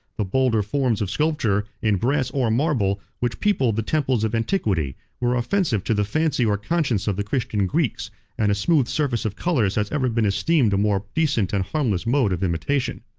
the bolder forms of sculpture, in brass or marble, which peopled the temples of antiquity, were offensive to the fancy or conscience of the christian greeks and a smooth surface of colors has ever been esteemed a more decent and harmless mode of imitation.